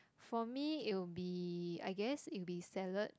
for me it'll be I guess it'll be salad